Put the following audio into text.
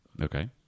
Okay